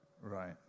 Right